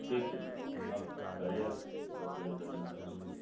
ठीक छै तऽ आउ काल्हिए आउ दस बजे करीबमे आउ